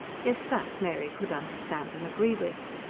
yes, that, mary could understand and agree with.